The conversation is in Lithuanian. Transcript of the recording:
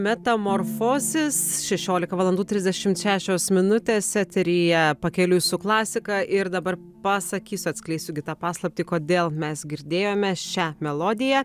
metamorfozės šešiolika valandų trisdešimt šešios minutės eteryje pakeliui su klasika ir dabar pasakysiu atskleisiu gi tą paslaptį kodėl mes girdėjome šią melodiją